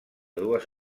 dues